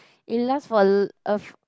it last for a long a f~